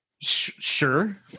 Sure